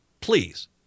please